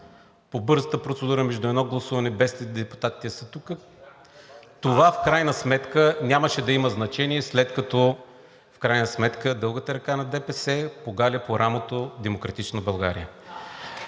по бързата процедура между едно гласуване, без депутатите да са тук, това нямаше да има значение, след като в крайна сметка дългата ръка на ДПС погали по рамото „Демократична България“.